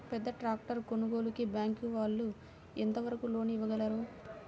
పెద్ద ట్రాక్టర్ కొనుగోలుకి బ్యాంకు వాళ్ళు ఎంత వరకు లోన్ ఇవ్వగలరు?